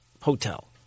hotel